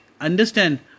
understand